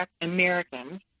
Americans